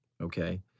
Okay